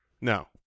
No